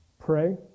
pray